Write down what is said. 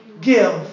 give